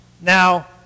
Now